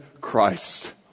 Christ